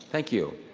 thank you.